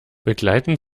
begleiten